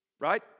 Right